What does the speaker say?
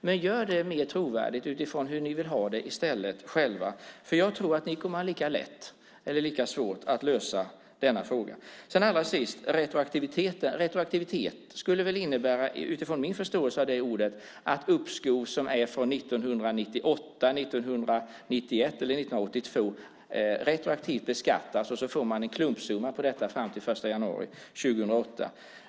Men gör det mer trovärdigt utifrån hur ni vill ha det i stället själva. För jag tror att ni kommer att ha det lika lätt eller lika svårt att lösa denna fråga. Retroaktivitet skulle väl innebära, utifrån min förståelse av det ordet, att uppskov som är från 1998, 1991 eller 1982 retroaktivt beskattas, och så får man en klumpsumma på detta fram till den 1 januari 2008.